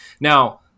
now